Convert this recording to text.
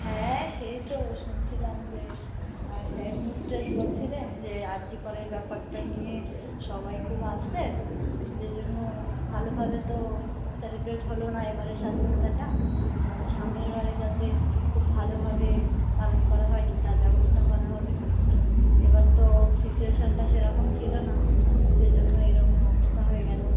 হ্যাঁ সে তো শুনছিলাম যে হেড মিস্ট্রেস বলছিলেন যে আর জি করের ব্যাপারটা নিয়ে সবাই খুব আপসেট যে জন্য ভালোভাবে তো সেলিব্রেট হলো না এবারের স্বাধীনতাটা তো সামনের বারে যাতে খুব ভালোভাবে পালন করা হয় আর ব্যবস্থা করা হবে এবার তো সিচুয়েশানটা সেরকম ছিলো না যে জন্য এই রকম অবস্থা হয়ে গেলো